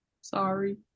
Sorry